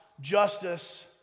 justice